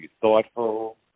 thoughtful